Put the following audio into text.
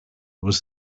was